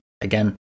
again